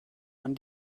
man